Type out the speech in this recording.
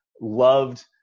loved